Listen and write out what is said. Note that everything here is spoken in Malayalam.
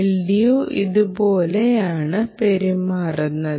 LDO ഇതുപോലെയാണ് പെരുമാറുന്നത്